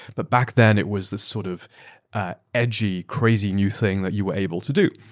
but back then, it was the sort of ah edgy, crazy, new thing that you are able to do.